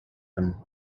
him